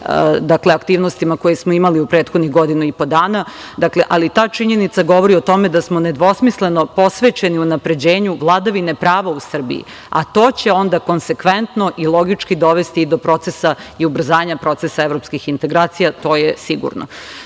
ovim aktivnostima koje smo imali u prethodnih godinu i po dana, ali ta činjenica govori o tome da smo nedvosmisleno posvećeni unapređenju vladavine prava u Srbiji, a to će onda konsekventno i logički dovesti i do procesa i ubrzanja procesa evropskih integracija, to je sigurno. Dakle,